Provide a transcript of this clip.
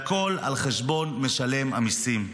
והכול על חשבון משלם המיסים.